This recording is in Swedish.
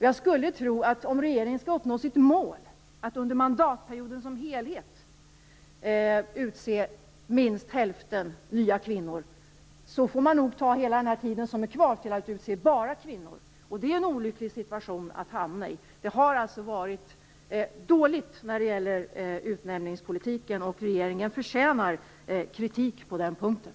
Jag skulle tro att om regeringen skall uppnå sitt mål att under mandatperioden som helhet utse minst hälften med nya kvinnor får man nog ta hela den tid som är kvar till att utse bara kvinnor, vilket är en olycklig situation att hamna i. Det har alltså varit dåligt när det gäller utnämningspolitiken. Och regeringen förtjänar kritik på den punkten.